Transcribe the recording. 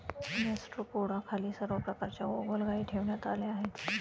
गॅस्ट्रोपोडाखाली सर्व प्रकारच्या गोगलगायी ठेवण्यात आल्या आहेत